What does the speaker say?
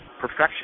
Perfection